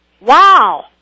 wow